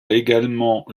également